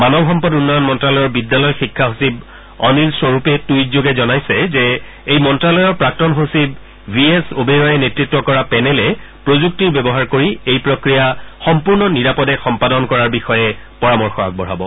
মানৱ সম্পদ উন্নয়ন মন্ত্যালয়ৰ বিদ্যালয় শিক্ষা সচিব অনিল স্বৰূপে টুইটযোগে জনাইছে যে এই মন্ত্যালয়ৰ প্ৰাক্তন সচিব ভি এছ অবেৰয়ে নেত়ত্ব কৰা পেনেলে প্ৰযুক্তিৰ ব্যৱহাৰ কৰি এই প্ৰক্ৰিয়া সম্পূৰ্ণ নিৰাপদে সম্পাদন কৰাৰ বিষয়ে পৰামৰ্শ আগবঢ়াব